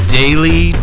daily